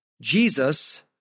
Jesus